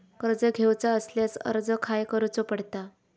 कर्ज घेऊचा असल्यास अर्ज खाय करूचो पडता?